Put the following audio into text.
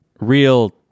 real